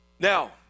Now